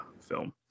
film